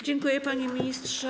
Dziękuję, panie ministrze.